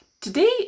today